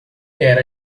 era